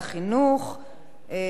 כהצעה לסדר-היום.